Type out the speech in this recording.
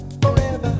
forever